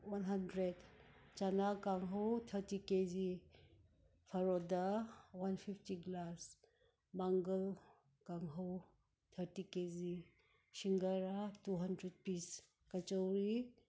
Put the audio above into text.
one hundred ꯆꯥꯅꯥ ꯀꯥꯡꯍꯧ ꯊꯥꯔꯇꯤ ꯀꯦꯖꯤ ꯐꯔꯣꯗꯥ ꯋꯥꯟ ꯐꯤꯐꯇꯤ ꯒ꯭ꯂꯥꯁ ꯃꯪꯒꯜ ꯀꯥꯡꯍꯧ ꯊꯥꯔꯇꯤ ꯀꯦꯖꯤ ꯁꯤꯡꯒꯥꯔꯥ ꯇꯨ ꯍꯟꯗ꯭ꯔꯦꯗ ꯄꯤꯁ ꯀꯆꯧꯔꯤ